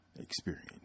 experience